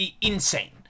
insane